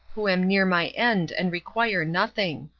who am near my end and require nothing.